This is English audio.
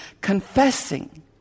confessing